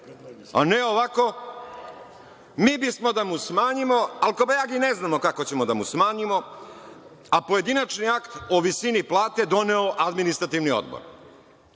a ne ovako, mi bismo da mu smanjimo, ali kobajagi ne znamo kako ćemo da mu smanjimo, a pojedinačni akt o visini plate doneo Administrativni odbor. Molim